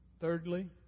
Thirdly